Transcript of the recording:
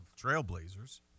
Trailblazers